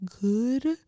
good